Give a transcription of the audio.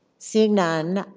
seeing none,